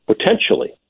potentially